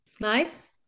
Nice